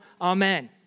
amen